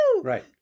Right